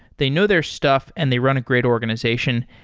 they know their stuff and they run a great organization.